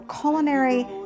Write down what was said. culinary